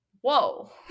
whoa